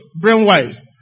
brain-wise